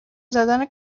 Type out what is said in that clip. زدم